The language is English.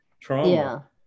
trauma